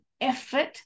effort